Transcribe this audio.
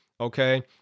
Okay